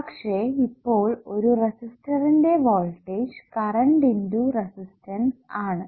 പക്ഷെ ഇപ്പോൾ ഒരു റെസിസ്റ്ററിന്റെ വോൾടേജ് കറണ്ട് × റെസിസ്റ്റൻസ് ആണ്